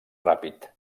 ràpid